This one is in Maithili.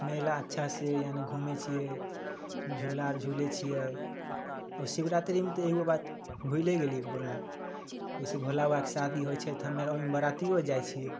मेला अच्छासे यानि घुमै छिए झूला झुलै छिए आओर शिवरात्रिमे तऽ एगो बात भुलिए गेली बोलनाइ जइसे भोलाबबाके शादी होइ छै तऽ हमे आर ओहिमे बारातिओ जाइ छिए